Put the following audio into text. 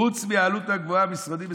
חוץ מהעלות הגבוהה המשרדים,